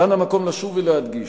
כאן המקום לשוב ולהדגיש,